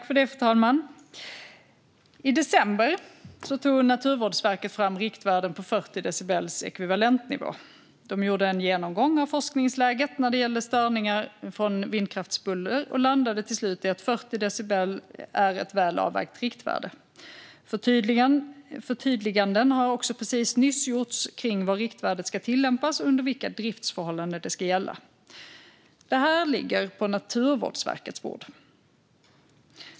Fru talman! I december tog Naturvårdsverket fram riktvärden på 40 decibels ekvivalentnivå. Man gjorde en genomgång av forskningsläget när det gäller störningar från vindkraftsbuller och landade till slut i att 40 decibel är ett väl avvägt riktvärde. Förtydliganden har också nyss gjorts kring var riktvärdet ska tillämpas och under vilka driftsförhållanden det ska gälla. Detta ligger på Naturvårdsverkets bord.